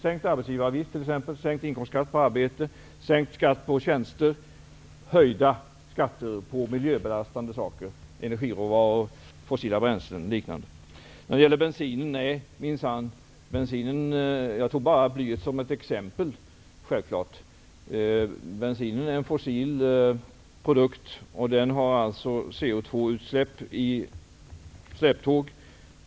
Man kan t.ex. sänka arbetsgivaravgiften, inkomstskatten på arbete, skatten på tjänster och höja skatten på miljöbelastande saker, energiråvaror, fossila bränslen och liknande. Vidare har vi frågan om bensinen. Nej, minsann, jag tog bara blyet som exempel. Bensinen är en fossil produkt. Den ger CH2-utsläpp.